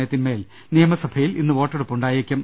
മേയത്തിന്മേൽ നിയമസഭയിൽ ഇന്ന് വോട്ടെടുപ്പ് ഉണ്ടായേക്കും